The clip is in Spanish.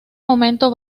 momento